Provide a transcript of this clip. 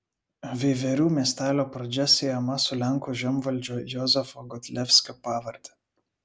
veiverių miestelio pradžia siejama su lenkų žemvaldžio jozefo godlevskio pavarde